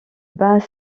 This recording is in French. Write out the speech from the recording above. bat